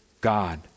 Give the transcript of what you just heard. God